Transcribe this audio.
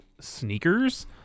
sneakers